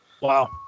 wow